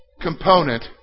component